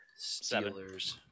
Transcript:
Steelers